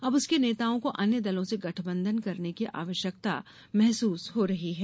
अब उसके नेताओं को अन्य दलों से गठबंधन करने की आवश्यकता महसूस हो रही है